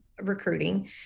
recruiting